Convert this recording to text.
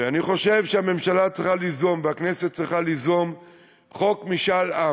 ואני חושב שהממשלה צריכה ליזום והכנסת צריכה ליזום חוק משאל עם,